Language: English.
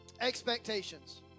Expectations